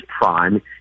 prime